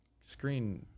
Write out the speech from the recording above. screen